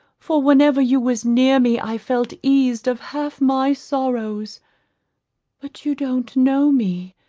for whenever you was near me i felt eased of half my sorrows but you don't know me,